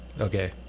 okay